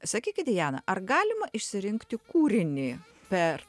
sakykit diana ar galima išsirinkti kūrinį per